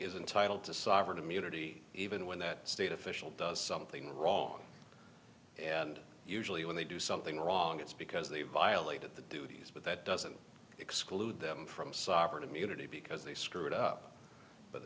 is entitle to sovereign immunity even when that state official does something wrong and usually when they do something wrong it's because they violated the duties but that doesn't exclude them from sovereign immunity because they screwed up but